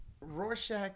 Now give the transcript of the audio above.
Rorschach